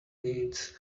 needs